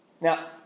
Now